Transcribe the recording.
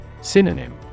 Synonym